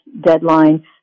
deadline